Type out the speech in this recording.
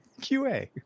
QA